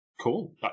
Cool